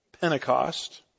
Pentecost